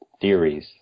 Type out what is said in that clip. theories